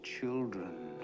children